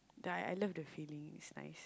that I I love the feeling it's nice